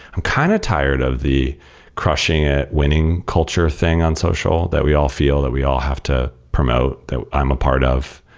i'm kind of tired of the crushing at winning culture thing on social that we all feel that we all have to promote, that i'm a part of.